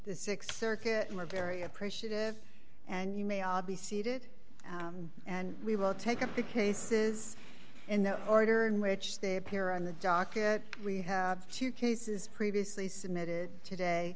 th circuit and we're very appreciative and you may all be seated and we will take up the cases in the order in which they appear on the docket we have two cases previously submitted today